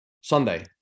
sunday